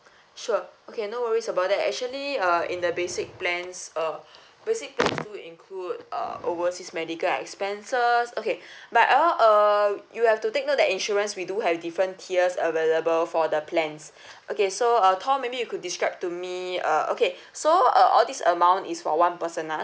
sure okay no worries about that actually uh in the basic plans uh basics plans do include uh overseas medical expenses okay but ah uh you have to take note that insurance we do have different tiers available for the plans okay so uh tom maybe you could describe to me uh okay so uh all this amount is for one person ah